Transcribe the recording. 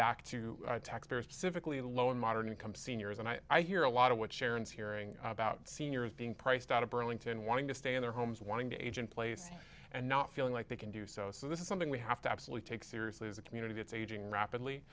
back to taxpayers specifically low and moderate income seniors and i hear a lot of what sharon's hearing about seniors being priced out of burlington wanting to stay in their homes wanting to age in place and not feeling like they can do so so this is something we have to absolutely take seriously as a community that's aging rapidly